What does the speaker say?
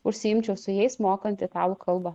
užsiimčiau su jais mokant italų kalbą